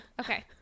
Okay